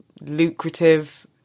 lucrative